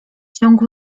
ciągu